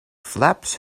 flaps